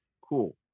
Cool